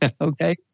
okay